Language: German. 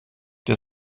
der